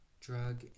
drug